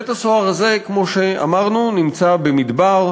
בית-הסוהר הזה, כמו שאמרנו, נמצא במדבר,